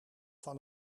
van